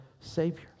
Savior